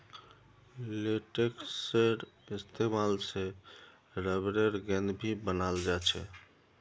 लेटेक्सेर इस्तेमाल से रबरेर गेंद भी बनाल जा छे